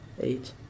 eight